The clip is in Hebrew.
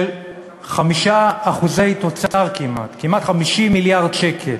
של 5% תוצר כמעט, כמעט 50 מיליארד שקל,